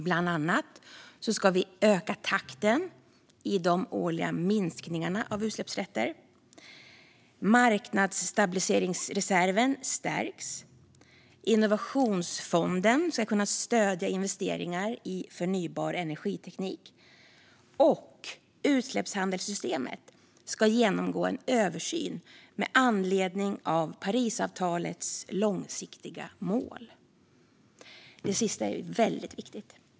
Bland annat ska vi öka takten i de årliga minskningarna av utsläppsrätter, marknadsstabiliseringsreserven stärks, innovationsfonden ska kunna stödja investeringar i förnybar energiteknik och utsläppshandelssystemet ska genomgå en översyn med anledning av Parisavtalets långsiktiga mål. Det sista är ju väldigt viktigt.